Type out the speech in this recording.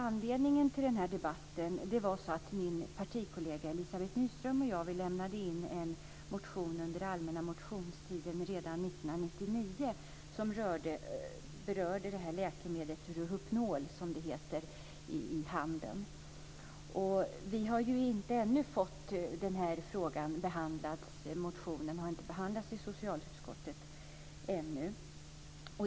Anledningen till debatten var att min partikollega Elizabeth Nyström och jag lämnade in en motion under allmänna motionstiden redan år 1999 som berörde läkemedlet Rohypnol, som det heter i handeln. Motionen har ännu inte behandlats i socialutskottet.